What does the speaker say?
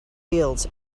fields